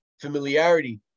familiarity